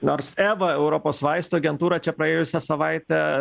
nors eva europos vaistų agentūra čia praėjusią savaitę